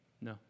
no